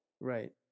Right